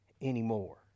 anymore